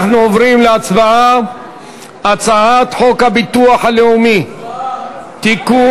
אנחנו עוברים להצבעה על הצעת חוק הביטוח הלאומי (תיקון,